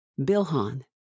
Bilhan